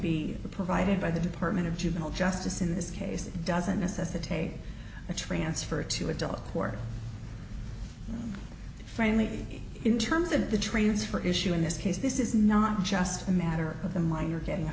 be provided by the department of juvenile justice in this case it doesn't necessitate a transfer to adult court friendly in terms of the transfer issue in this case this is not just a matter of the minor getting a